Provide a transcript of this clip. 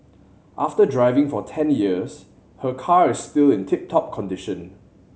after driving for ten years her car is still in tip top condition